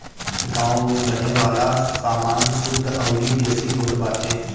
गांव में बने वाला सामान शुद्ध अउरी देसी होत बाटे